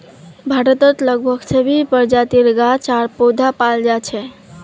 भारतत लगभग सभी प्रजातिर गाछ आर पौधा पाल जा छेक